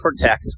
protect